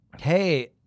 hey